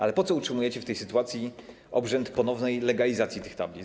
Ale po co utrzymujecie w tej sytuacji obrzęd ponownej legalizacji tych tablic?